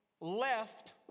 left